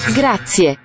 grazie